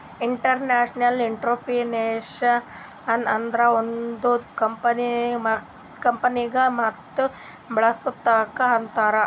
institutional entrepreneurship ಅಂದುರ್ ಒಂದ್ ಕಂಪನಿಗ ಮತ್ ಬೇಳಸದ್ದುಕ್ ಅಂತಾರ್